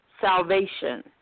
salvation